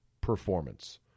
performance